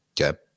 Okay